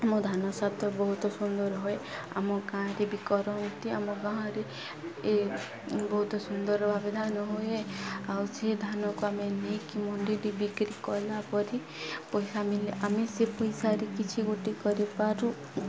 ଆମ ଧାନସାତ ବହୁତ ସୁନ୍ଦର ହୁଏ ଆମ ଗାଁରେ ବି କରନ୍ତି ଆମ ଗାଁରେ ଏ ବହୁତ ସୁନ୍ଦର ଭାବେ ଧାନ ହୁଏ ଆଉ ସେ ଧାନକୁ ଆମେ ନେଇକି ମୁଣ୍ଡିଟି ବିକ୍ରି କଲା ପରେ ପଇସା ମିଳେ ଆମେ ସେ ପଇସାରେ କିଛି ଗୋଟେ କରିପାରୁ